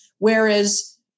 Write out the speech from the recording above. Whereas